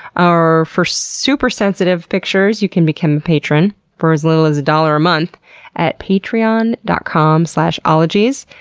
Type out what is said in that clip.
or for super sensitive pictures, you can become a patron for as little as a dollar a month at patreon dot com slash ologies,